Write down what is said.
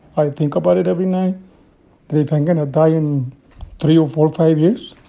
i think about it every night that if i'm going to die in three or four or five years.